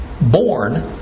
born